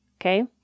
Okay